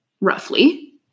Roughly